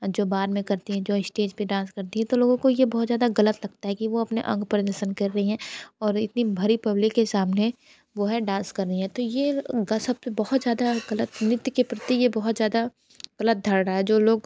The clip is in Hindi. जो बार में करती हैं जो इस्टेज पे डाँस करती हैं तो लोगों को ये बहुत ज़्यादा गलत लगता है कि वो अपने अंग प्रदर्शन कर रही हैं और इतनी भरी पब्लिक के सामने वो है डाँस कर रही हैं तो ये गज़ब के बहुत ज़्यादा गलत नृत्य के प्रति ये बहुत ज़्यादा गलत धारणा है जो लोग